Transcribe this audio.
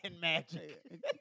magic